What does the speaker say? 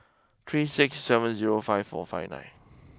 three six seven zero five four five nine